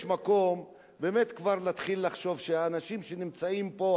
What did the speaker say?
יש מקום באמת כבר להתחיל לחשוב שהאנשים שנמצאים פה,